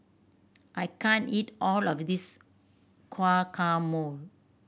I can't eat all of this Guacamole